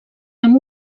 amb